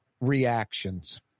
reactions